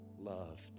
loved